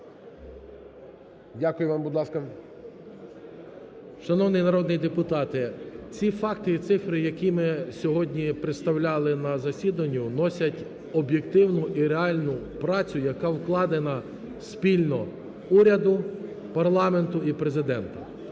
11:12:49 КУБІВ С.І. Шановні народні депутати, ці факти і цифри, які ми сьогодні представляли на засіданні, носять об'єктивну і реальну працю, яка вкладена спільно уряду, парламенту і Президента.